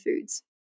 foods